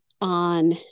on